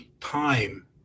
time